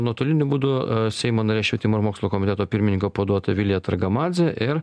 nuotoliniu būdu seimo narė švietimo ir mokslo komiteto pirmininko pavaduotoja vilija targamadzė ir